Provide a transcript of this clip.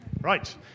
Right